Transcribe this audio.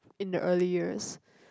in the early years